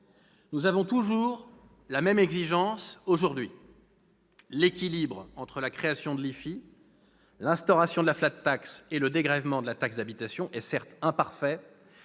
Nous avons toujours la même exigence aujourd'hui : l'équilibre entre la création de l'IFI, l'instauration de la et le dégrèvement de la taxe d'habitation est certes imparfait,